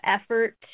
effort